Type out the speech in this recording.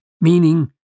meaning